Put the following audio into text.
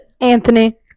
Anthony